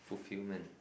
fulfilment